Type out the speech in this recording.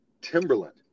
Timberland